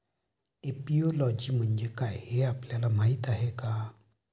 Apiology म्हणजे काय, हे आपल्याला माहीत आहे का?